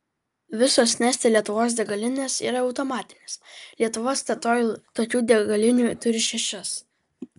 visos neste lietuvos degalinės yra automatinės lietuva statoil tokių degalinių turi šešias